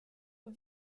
aux